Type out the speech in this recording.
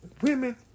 Women